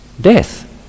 death